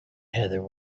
heather